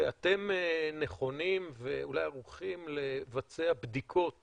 ואתם נכונים ואולי ערוכים לבצע בדיקות